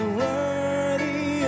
worthy